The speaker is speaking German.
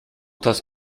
das